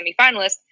semifinalist